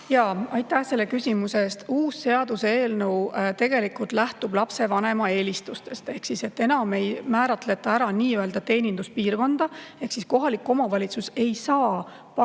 Aitäh selle küsimuse eest! Uus seaduseelnõu tegelikult lähtub lapsevanema eelistustest. Enam ei määratleta ära nii-öelda teeninduspiirkonda ehk kohalik omavalitsus ei saa pakkuda